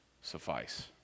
suffice